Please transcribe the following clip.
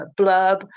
blurb